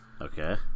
okay